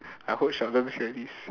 I hope Sheldon hear this